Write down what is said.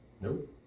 Nope